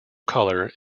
colour